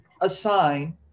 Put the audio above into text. assign